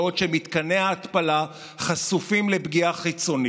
בעוד מתקני ההתפלה חשופים לפגיעה חיצונית.